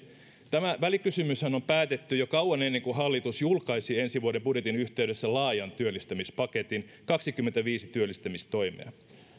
tämä välikysymyshän on päätetty jo kauan ennen kuin hallitus julkaisi ensi vuoden budjetin yhteydessä laajan työllistämispaketin kaksikymmentäviisi työllistämistoimea